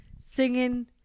singing